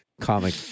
comic